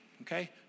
okay